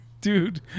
Dude